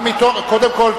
קודם כול,